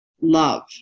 love